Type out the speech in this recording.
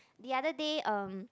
the other day um